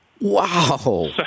Wow